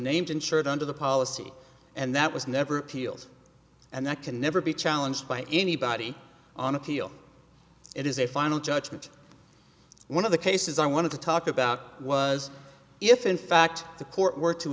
named insured under the policy and that was never appealed and that can never be challenged by anybody on appeal it is a final judgment one of the cases i want to talk about was if in fact the court were to